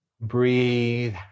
breathe